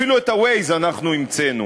אפילו את Waze אנחנו המצאנו.